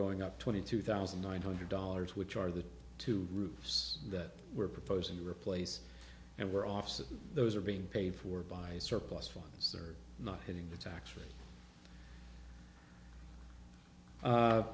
going up twenty two thousand nine hundred dollars which are the two groups that we're proposing to replace and we're offset those are being paid for by surplus funds are not hitting the tax rate